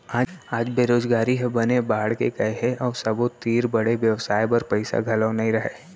आज बेरोजगारी ह बने बाड़गे गए हे अउ सबो तीर बड़े बेवसाय बर पइसा घलौ नइ रहय